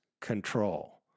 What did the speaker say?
control